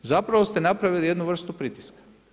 Zapravo ste napravili jednu vrstu pritiska.